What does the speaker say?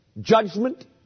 judgment